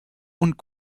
und